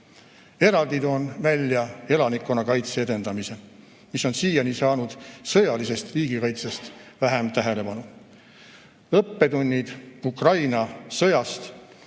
Eraldi toon esile elanikkonnakaitse edendamise, mis on siiani saanud sõjalisest riigikaitsest vähem tähelepanu. Õppetunnid Venemaa sõjast